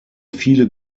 viele